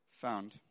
found